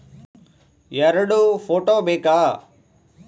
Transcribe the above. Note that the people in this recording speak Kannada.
ಎರಡು ಫೋಟೋ ಬೇಕಾ?